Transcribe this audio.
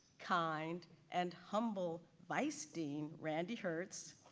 kind and humble vice dean randy hertz,